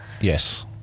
Yes